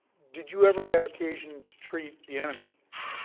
did you ever have occasion to treat the enemy?